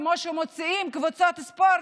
כמו שמוציאים קבוצות ספורט,